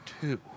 two